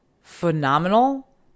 phenomenal